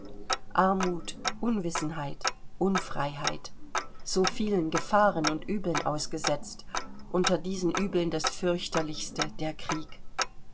armut unwissenheit unfreiheit so vielen gefahren und übeln ausgesetzt unter diesen übeln das fürchterlichste der krieg